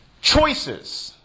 choices